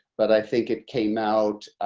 but i think it came out